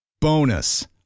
Bonus